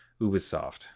Ubisoft